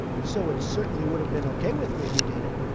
so it certainly would have been okay with me if he did it.